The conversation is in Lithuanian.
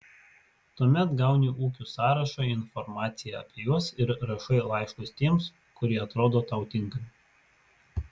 tuomet gauni ūkių sąrašą informaciją apie juos ir rašai laiškus tiems kurie atrodo tau tinkami